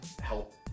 help